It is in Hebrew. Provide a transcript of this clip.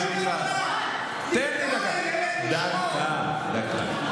אני מתקן.